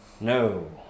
No